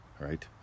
right